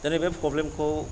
दिनै बे प्रब्लेम खौ